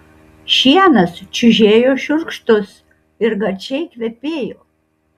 šienas čiužėjo šiurkštus ir gardžiai kvepėjo